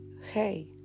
Hey